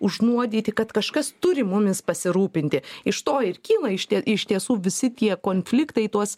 užnuodyti kad kažkas turi mumis pasirūpinti iš to ir kyla iš tie iš tiesų visi tie konfliktai tuos